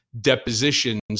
depositions